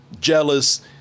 jealous